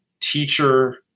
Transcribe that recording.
teacher